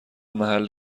محل